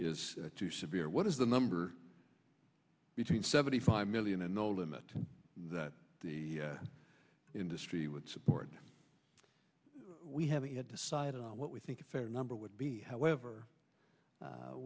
is too severe what is the number between seventy five million and no limit that the industry would support and we haven't yet decided what we think a fair number would be however